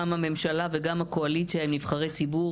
גם הממשלה וגם הקואליציה הם נבחרי ציבור